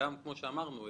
כמו שאמרנו,